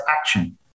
action